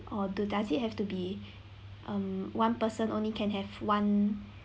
or do does it have to be um one person only can have one